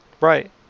Right